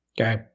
Okay